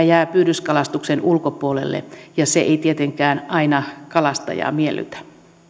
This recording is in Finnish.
jää pyydyskalastuksen ulkopuolelle ja se ei tietenkään aina kalastajaa miellytä